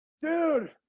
dude